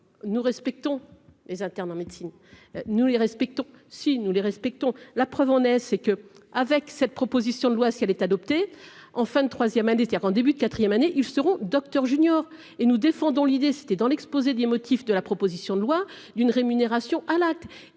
nous respectons les internes en médecine, nous les respectons, si nous les respectons la preuve en est c'est que avec cette proposition de loi, si elle est adoptée en fin de 3ème indécis hier en début de 4ème année ils seront Docteur junior et nous défendons l'idée c'était dans l'exposé des motifs de la proposition de loi d'une rémunération à l'acte